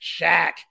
Shaq